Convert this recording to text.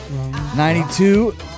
92